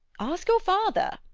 ask your father.